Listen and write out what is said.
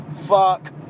Fuck